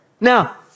Now